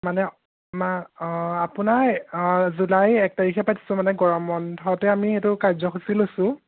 মানে আমাৰ আপোনাৰ জুলাইৰ এক তাৰিখে পাতিছোঁ মানে গৰম বন্ধতে আমি সেইটো কাৰ্যসূচী লৈছোঁ